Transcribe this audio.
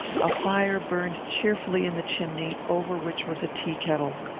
a fire burned cheerfully in the chimney, over which was a tea-kettle.